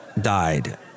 Died